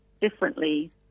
differently